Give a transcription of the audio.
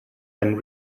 then